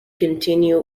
continue